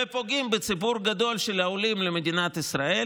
ופוגעים בציבור גדול של העולים למדינת ישראל